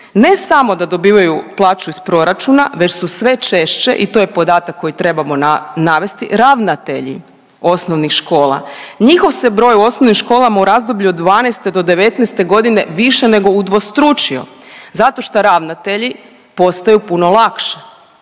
Ne samo da dobivaju plaću iz proračuna već su sve češće i to je podatak koji trebamo navesti. Njihov se broj u osnovnim školama u razdoblju od 12. do 19.-te godine više nego udvostručio, zato što ravnatelji postaju puno lakše,